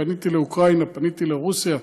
פניתי לאוקראינה, פניתי לרוסיה,